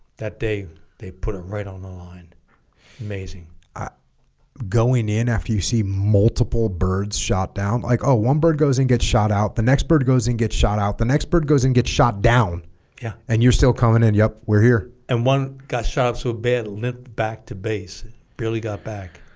that day they put it right on the line amazing i going in after you see multiple birds shot down like oh ah one bird goes and gets shot out the next bird goes and gets shot out the next bird goes and gets shot down yeah and you're still coming in yep we're here and one got shot so bad limped back to base barely got back